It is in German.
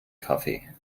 kaffee